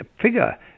figure